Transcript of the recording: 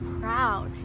proud